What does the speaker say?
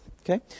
Okay